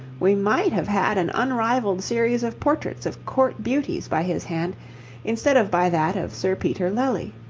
we might have had an unrivalled series of portraits of court beauties by his hand instead of by that of sir peter lely.